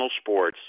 sports